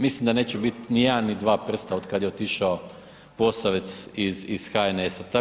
Mislim da neće biti ni jedan, ni dva prsta od kad je otišao Posavec iz HNS-a.